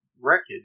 wreckage